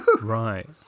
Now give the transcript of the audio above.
Right